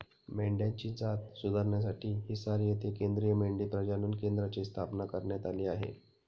मेंढ्यांची जात सुधारण्यासाठी हिसार येथे केंद्रीय मेंढी प्रजनन केंद्राची स्थापना करण्यात आली आहे